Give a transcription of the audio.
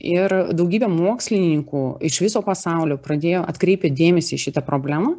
ir daugybė mokslininkų iš viso pasaulio pradėjo atkreipė dėmesį į šitą problemą